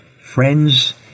friends